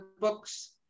books